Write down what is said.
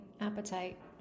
appetite